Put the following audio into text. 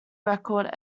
record